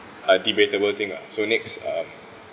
a debatable thing lah so next um